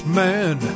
man